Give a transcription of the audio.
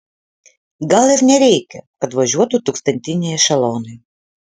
gal ir nereikia kad važiuotų tūkstantiniai ešelonai